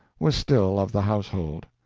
was still of the household.